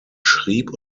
schrieb